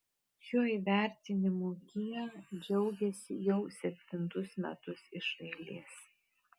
šiuo įvertinimu kia džiaugiasi jau septintus metus iš eilės